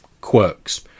quirks